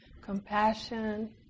compassion